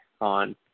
on